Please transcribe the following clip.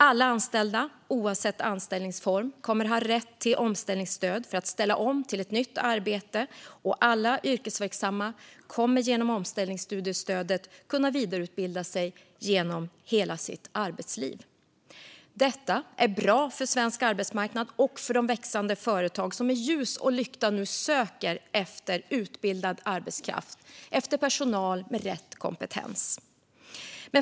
Alla anställda oavsett anställningsform kommer att ha rätt till omställningsstöd för att ställa om till ett nytt arbete, och alla yrkesverksamma kommer genom omställningsstudiestödet att kunna vidareutbilda sig genom hela sitt arbetsliv. Detta är bra för svensk arbetsmarknad och för de växande företag som med ljus och lykta nu söker efter utbildad arbetskraft - efter personal med rätt kompetens.